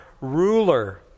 ruler